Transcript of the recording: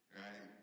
right